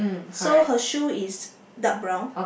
so her shoes is dark brown